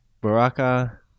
baraka